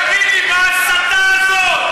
תגיד לי, מה ההסתה הזאת?